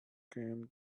came